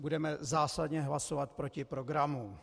Budeme zásadně hlasovat proti programu.